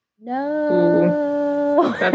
No